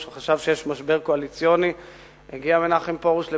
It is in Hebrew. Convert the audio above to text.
מנחם פרוש, וחשב שיש משבר קואליציוני.